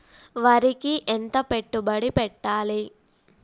వరికి ఎంత పెట్టుబడి పెట్టాలి?